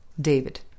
David